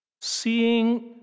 Seeing